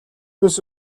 бус